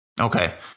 Okay